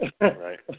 Right